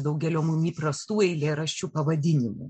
daugelio mum įprastų eilėraščių pavadinimų